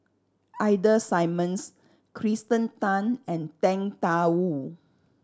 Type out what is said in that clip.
Ida Simmons Kirsten Tan and Tang Da Wu